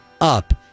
up